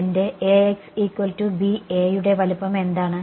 എന്റെ Axb A യുടെ വലിപ്പം എന്താണ്